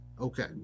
Okay